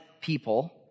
people